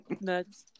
nuts